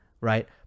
right